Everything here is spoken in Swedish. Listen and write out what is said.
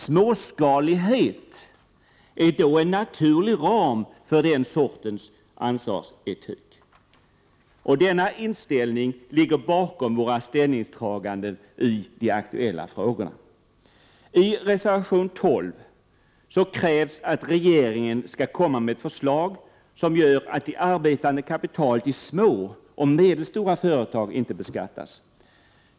Småskalighet är en naturlig ram för den sortens ansvarsetik. Det är denna inställning som ligger bakom våra ställningstaganden i de aktuella frågorna. I reservation 12 krävs att regeringen skall komma med ett förslag som gör att det arbetande kapitalet i små och medelstora företag inte beskattas.